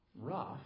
rough